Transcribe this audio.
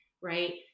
right